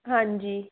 ਹਾਂਜੀ